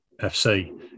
FC